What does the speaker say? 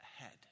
ahead